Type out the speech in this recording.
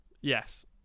Yes